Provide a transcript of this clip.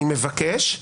אני מבקש,